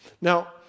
Now